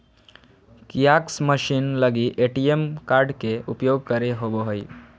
kiosk machine लगी ATM card के उपयोग करे होबो हइ